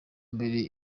mbere